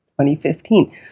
2015